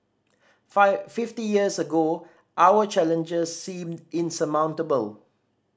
five fifty years ago our challenges seemed insurmountable